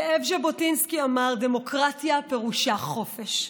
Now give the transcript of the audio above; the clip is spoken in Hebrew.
זאב ז'בוטינסקי אמר: דמוקרטיה פירושה חופש,